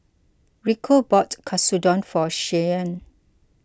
Rico bought Katsudon for Shyanne